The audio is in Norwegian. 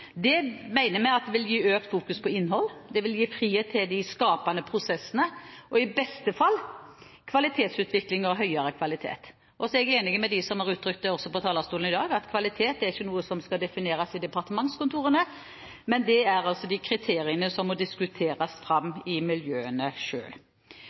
Det mener vi vil øke fokuseringen på innhold, og det vil gi frihet til de skapende prosessene og vil i beste fall gi kvalitetsutvikling og høyere kvalitet. Så er jeg enig med dem som også har uttrykt det på talerstolen i dag, at kvalitet er ikke noe som skal defineres i departementskontorene, men kriteriene må diskuteres fram i miljøene selv. Jeg tror også det er